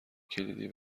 کلیدی